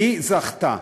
זכתה.